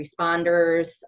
responders